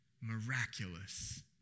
miraculous